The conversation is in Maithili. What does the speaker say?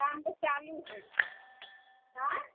काम तऽ चालू हय आँय